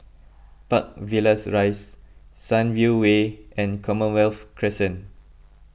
Park Villas Rise Sunview Way and Commonwealth Crescent